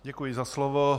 Děkuji za slovo.